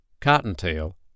Cottontail